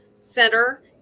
Center